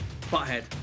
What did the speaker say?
Butthead